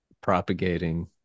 Propagating